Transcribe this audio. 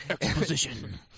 Exposition